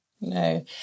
no